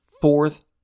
fourth